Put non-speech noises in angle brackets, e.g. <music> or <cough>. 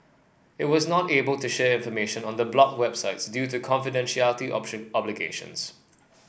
it was not able to share information on the blocked websites due to <unintelligible> obligations